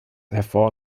hervor